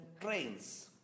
trains